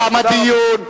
תם הדיון.